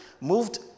moved